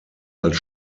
als